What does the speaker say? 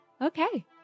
Okay